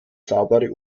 saubere